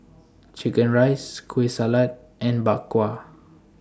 Chicken Rice Kueh Salat and Bak Kwa